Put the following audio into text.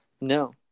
No